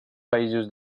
països